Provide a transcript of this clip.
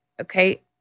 okay